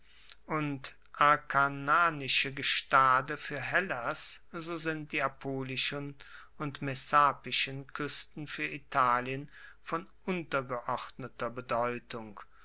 und akarnanische gestade fuer hellas so sind die apulischen und messapischen kuesten fuer italien von untergeordneter bedeutung